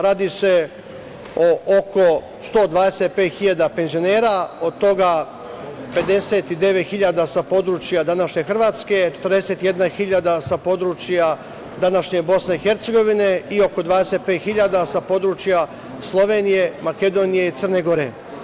Radi se o oko 125.000 penzionera, od toga 59.000 sa područja današnje Hrvatske, 41.000 sa područja današnje Bosne i Hercegovine i oko 25.000 sa područja Slovenije, Makedonije i Crne Gore.